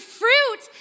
fruit